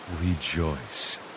rejoice